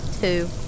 Two